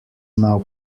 now